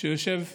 שיושב למעלה,